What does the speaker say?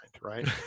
right